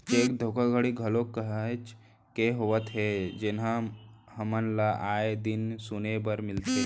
cheque धोखाघड़ी घलोक काहेच के होवत हे जेनहा हमन ल आय दिन सुने बर मिलथे